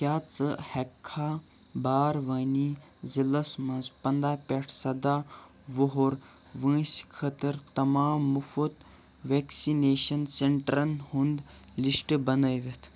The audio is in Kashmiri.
کیٛاہ ژٕ ہیٚکٕکھا باروانی ضلعس مَنٛز پنٛداہ پٮ۪ٹھ سَداہ وُہُر وٲنٛسہِ خٲطرٕ تمام مُفت ویکسِنیٚشن سینٹرن ہُنٛد لِسٹ بنٲوِتھ